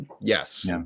yes